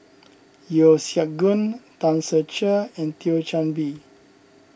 Yeo Siak Goon Tan Ser Cher and Thio Chan Bee